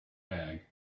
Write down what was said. bag